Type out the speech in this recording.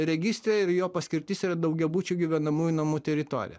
registre ir jo paskirtis yra daugiabučių gyvenamųjų namų teritorija